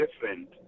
different